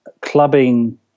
clubbing